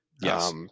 Yes